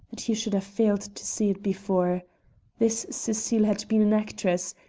that he should have failed to see it before this cecile had been an actress,